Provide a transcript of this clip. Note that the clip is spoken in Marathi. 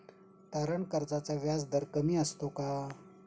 तारण कर्जाचा व्याजदर कमी असतो का?